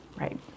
right